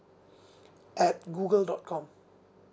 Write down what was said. at Google dot com